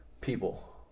people